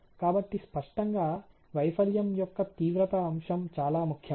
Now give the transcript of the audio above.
కాబట్టి స్పష్టంగా వైఫల్యం యొక్క తీవ్రత అంశం చాలా ముఖ్యం